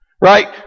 Right